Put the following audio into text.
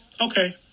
okay